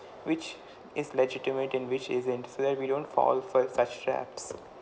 which is legitimate and which isn't so that we don't fall for such traps